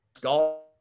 golf